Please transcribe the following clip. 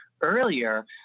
earlier